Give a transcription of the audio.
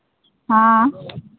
हँ